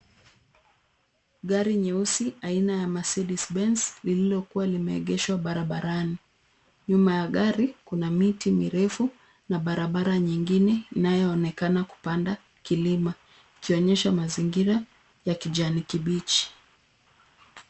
Gari nyeusi aina ya Mercedes Benz lililokuwa limeegeshwa barabarani. Nyuma ya gari kuna miti mirefu na barabara nyingine inayoonekana kupanda kilima ikionyesha mazingira ya kijani kibichi.